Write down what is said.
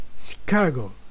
Chicago